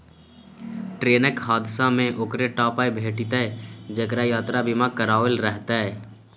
ट्रेनक हादसामे ओकरे टा पाय भेटितै जेकरा यात्रा बीमा कराओल रहितै